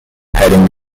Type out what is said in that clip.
heading